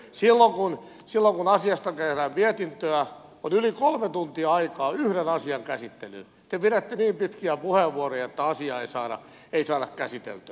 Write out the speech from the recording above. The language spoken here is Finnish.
silloin kun asiasta tehdään mietintöä on yli kolme tuntia aikaa yhden asian käsittelyyn te pidätte niin pitkiä puheenvuoroja että asiaa ei saada käsiteltyä